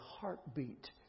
heartbeat